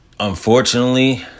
Unfortunately